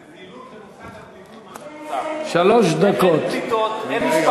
זה זילות למושג הפליטות, מה שאת עושה.